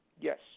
Yes